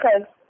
Okay